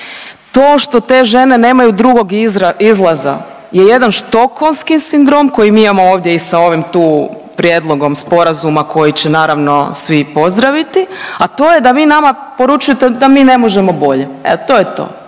To što te žene nemaju drugog izlaza je jedan štokholmski sindrom koji mi imamo ovdje i sa ovim tu prijedlogom sporazuma koji će naravno svi pozdraviti, a to je da vi nama poručujete da mi ne možemo bolje, evo to je to,